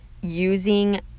using